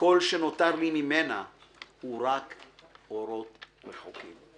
וכל/ שנותר לי ממנה/ הוא רק אורות רחוקים.